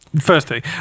Firstly